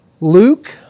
Luke